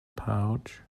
pouch